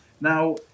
Now